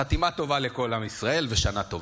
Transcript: חתימה טובה לכל עם ישראל ושנה טובה,